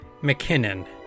McKinnon